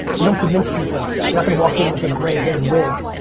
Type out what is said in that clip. you don't convince people. you're not gonna walk in with a gray-haired wig.